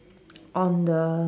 on the